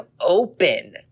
open